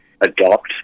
adopt